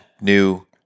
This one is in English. New